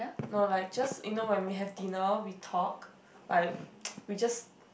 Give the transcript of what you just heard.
no like just you know when we have dinner we talk like we just